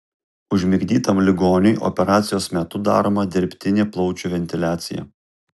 užmigdytam ligoniui operacijos metu daroma dirbtinė plaučių ventiliacija